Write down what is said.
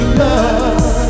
love